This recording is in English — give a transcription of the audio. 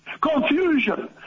confusion